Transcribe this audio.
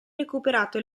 recuperato